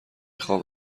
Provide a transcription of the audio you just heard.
خوام